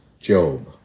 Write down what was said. Job